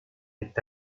est